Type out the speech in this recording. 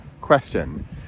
question